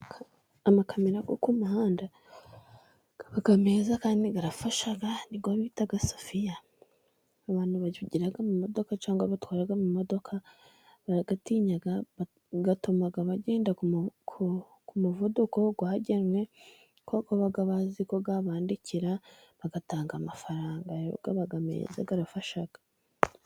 Amakamera yo ku muhanda aba meza meza kandi arafasha, ni yo bita sofia abantu bagira amamodoka cyangwa batwara amamodoka barayatinya, atuma bagenda ku muvuduko wagenwe kuko baba bazi ko abandikira, bagatanga amafaranga rero aba meza arafasha.